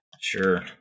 Sure